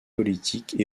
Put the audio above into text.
politiques